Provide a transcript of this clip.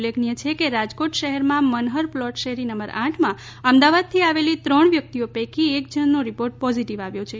ઉલ્લેખનીય છે કે રાજકોટ શહેરમાં મનહર પ્લોટ શેરી નંબર આઠ માં અમદાવાદથી આવેલી ત્રણ વ્યક્તિઓ પૈકી એક જણનો રિપોર્ટ પોઝીટીવ આવ્યો છે